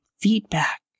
feedback